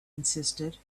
insisted